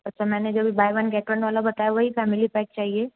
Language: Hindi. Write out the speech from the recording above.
अच्छा मैंने जो अभी बाय वन गेट वन वाला बताया वही फ़ैमिली पैक चाहिए